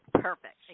Perfect